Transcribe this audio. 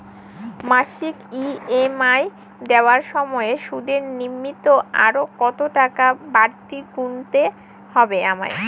মাসিক ই.এম.আই দেওয়ার সময়ে সুদের নিমিত্ত আরো কতটাকা বাড়তি গুণতে হবে আমায়?